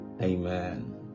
Amen